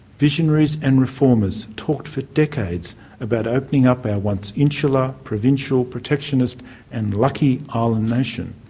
visionaries and reformers talked for decades about opening up our once insular, provincial, protectionist and lucky island nation.